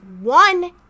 one